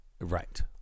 Right